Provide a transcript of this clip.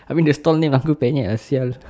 I mean the stall name uncle penyet ah [sial]